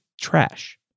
trash